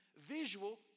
visual